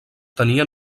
tenia